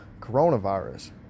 coronavirus